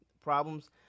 problems